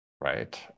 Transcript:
Right